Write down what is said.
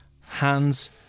hands